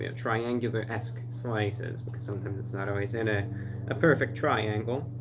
and triangular-esque slices because something that's not always in a ah perfect triangle.